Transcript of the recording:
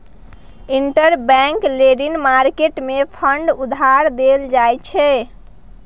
interbank lending market मे fund उधार देल जाइ छै